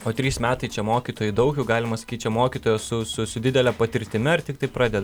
o trys metai čia mokytojai daug jau galima sakyt čia mokytoja su su su didele patirtimi ar tiktai pradedanti